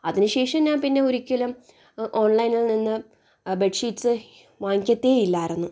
അതിനു ശേഷം ഞാൻ പിന്നെ ഒരിക്കലും ഓൺലൈനിൽ നിന്ന് ബെഡ് ഷീറ്റ്സ് വാങ്ങിക്കത്തേ ഇല്ലായിരുന്നു